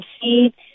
see